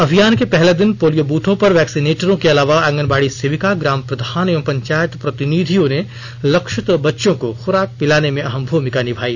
अभियान के पहले दिन पोलियो बूथों पर वेक्सिनेटरों के अलावा आंगनबाड़ी सेविका ग्राम प्रधान एवं पंचायत प्रतिनिधियों ने लक्षित बच्चों को खुराक पिलाने में अहम भूमिका निभाई